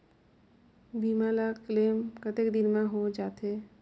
बीमा ला क्लेम कतेक दिन मां हों जाथे?